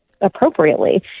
appropriately